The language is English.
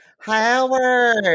Howard